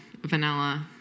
vanilla